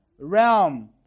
realm